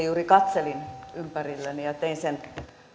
juuri katselin ympärilleni ja tein sen